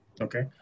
Okay